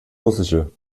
russische